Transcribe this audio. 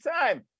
time